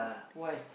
why